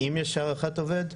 האם יש הערכת עובד?